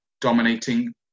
dominating